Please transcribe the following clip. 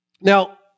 Now